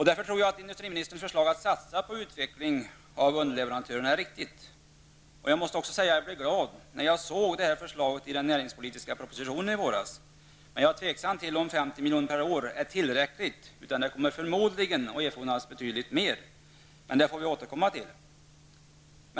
Därför tror jag att industriministerns förslag att satsa på utveckling av underleverantörerna är riktigt. Jag måste säga att jag blev glad när jag såg detta förslag i den näringspolitiska propositionen i våras. Jag är dock mycket osäker på om 50 milj.kr. per år är tillräckligt. Det kommer förmodligen att erfordras betydligt mer. Men det får vi återkomma till.